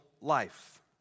life